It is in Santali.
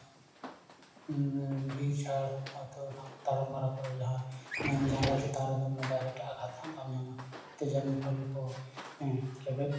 ᱵᱤᱨ ᱜᱟᱡᱟᱲ ᱦᱚᱭᱛᱳ ᱛᱟᱲᱟᱢ ᱵᱟᱲᱟ ᱠᱚᱨᱮ ᱚᱱᱟ ᱡᱟᱸᱜᱟ ᱪᱮᱛᱟᱱ ᱨᱮᱫᱚ ᱰᱟᱭᱨᱮᱠᱴ ᱟᱜᱷᱟᱛ ᱦᱚᱸ ᱵᱟᱢ ᱧᱟᱢᱟ ᱚᱱᱟᱛᱮ ᱡᱟᱱᱩᱢ ᱯᱷᱟᱱᱩᱢ ᱠᱚ ᱦᱮᱸ ᱞᱮᱵᱮᱫ